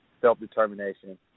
self-determination